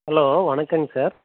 hello வணக்கங்க sir